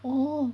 orh